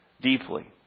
deeply